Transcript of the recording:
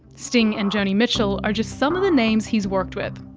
sting and joni mitchell are just some of the names he's worked with.